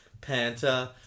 panta